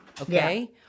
Okay